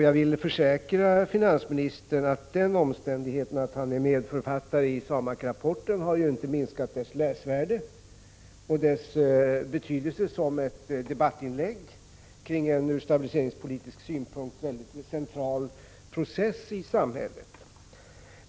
Jag vill försäkra finansministern att den omständigheten att han är medförfattare till SAMAK-rapporten givetvis inte har minskat dess läsvärde och dess betydelse som ett debattinlägg kring en från stabiliseringspolitisk synpunkt mycket central process i samhället.